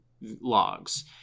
logs